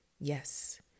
Yes